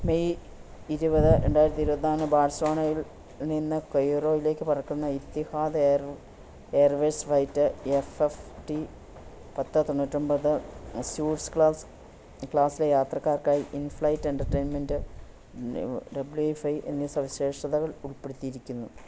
May ഇരുപത് രണ്ടായിരത്തി ഇരുപത്തി നാലിന് ബാഴ്സ്വാനോയിൽ നിന്ന് കൊയ്റോയിലേക്ക് പറക്കുന്ന Etihad air airways flight F F T പത്ത് തൊണ്ണൂറ്റി ഒൻപത് സ്യൂട്ട്സ് ക്ലാസ് ക്ലാസിലേ യാത്രക്കാർക്കായി ഇൻ ഫ്ലൈറ്റ് എൻറ്റർടൈൻമെൻറ്റ് ഡബ്ലിയൂ ഫൈ എന്നീ സവിശേഷതകൾ ഉൾപ്പെടുത്തിയിരിക്കുന്നു